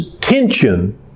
tension